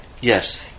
Yes